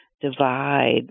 divide